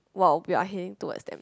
while we are heading towards them